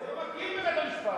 אתה לא מכיר בבית-המשפט.